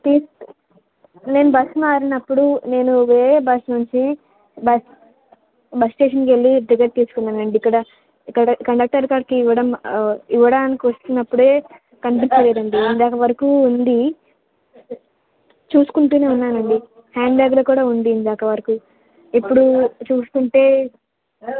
తీసు నేను బస్ మారినప్పుడు నేను వేరే బస్ నుంచి బస్ బస్ స్టేషన్కు వెళ్ళి టికెట్ తెచ్చుకున్నాను అండి ఇక్కడ ఇక్కడ కండక్టర్ గారికి ఇవ్వడం ఇవ్వడానికి వస్తున్నప్పుడు కనిపించలేదండి ఇందాక వరకు ఉంది చూసుకుంటు ఉన్నాను అండి హ్యాండ్బ్యాగ్లో కూడా ఉంది ఇందాక వరకు ఇప్పుడు చూస్తుంటే